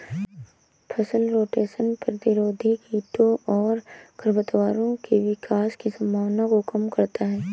फसल रोटेशन प्रतिरोधी कीटों और खरपतवारों के विकास की संभावना को कम करता है